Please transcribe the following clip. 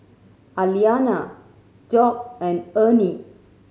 Aliana Dock and Ernie